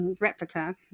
replica